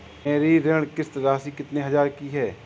मेरी ऋण किश्त राशि कितनी हजार की है?